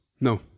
No